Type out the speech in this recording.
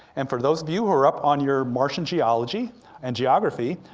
and for those of you who are up on your martian geology and geography,